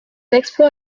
exploit